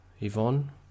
Yvonne